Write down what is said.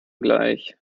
gleich